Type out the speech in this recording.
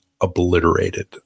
obliterated